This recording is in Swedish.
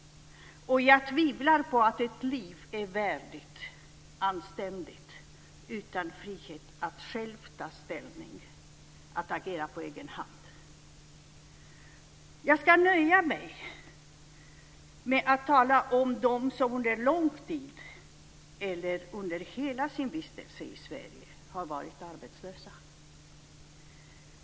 Och jag tvivlar på att ett liv är värdigt och anständigt för den som inte har frihet att själv ta ställning, att agera på egen hand. Jag ska nöja mig med att tala om dem som under lång tid eller under hela sin tillvaro i Sverige har varit arbetslösa.